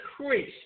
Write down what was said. increase